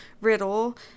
Riddle